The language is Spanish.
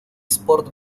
sport